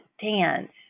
dance